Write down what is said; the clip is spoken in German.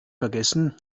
vergessen